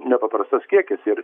nepaprastas kiekis ir